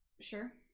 Sure